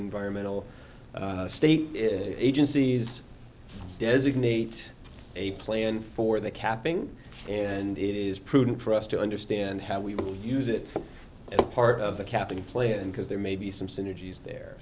environmental state agencies designate a plan for the capping and it is prudent for us to understand how we use it as a part of the capital plan because there may be some synergies there